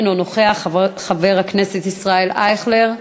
אינו נוכח, חבר הכנסת ישראל אייכלר,